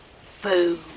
food